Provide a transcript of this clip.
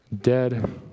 dead